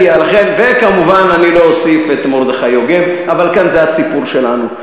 וכמובן, לא אוסיף את מרדכי יוגב, וזה הסיפור שלנו.